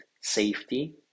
safety